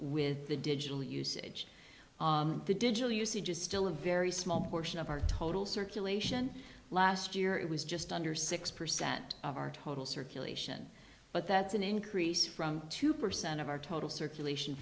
with the digital usage the digital usage is still a very small portion of our total circulation last year it was just under six percent of our total circulation but that's an increase from two percent of our total circulation